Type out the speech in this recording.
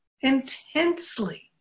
intensely